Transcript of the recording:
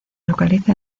localiza